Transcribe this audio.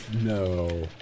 No